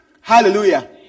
Hallelujah